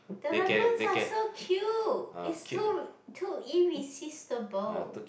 the raccoons are so cute is too too irresistible